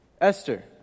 Esther